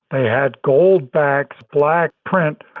they had gold backs, black print,